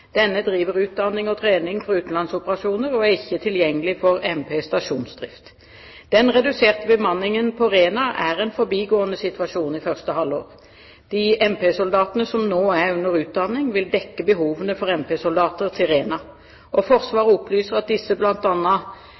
Denne driver utdanning og trening for utenlandsoperasjoner og er ikke tilgjengelig for MP-stasjonsdrift. Den reduserte bemanningen på Rena er en forbigående situasjon i første halvår. De MP-soldatene som nå er under utdanning, vil dekke behovene for MP-soldater til Rena. Forsvaret opplyser at disse